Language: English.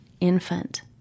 infant